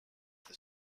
the